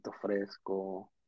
fresco